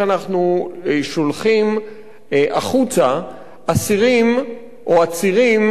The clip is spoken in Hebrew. החוצה אסירים או עצירים עם אזיק אלקטרוני?